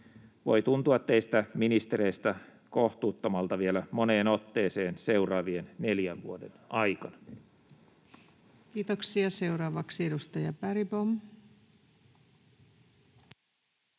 voi tuntua teistä ministereistä kohtuuttomalta vielä moneen otteeseen seuraavien neljän vuoden aikana. Kiitoksia. — Seuraavaksi edustaja Bergbom. Kiitos,